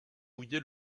mouillés